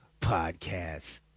podcast